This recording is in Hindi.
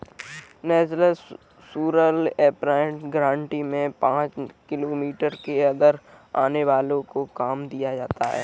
नेशनल रूरल एम्प्लॉयमेंट गारंटी में पांच किलोमीटर के अंदर आने वालो को काम दिया जाता था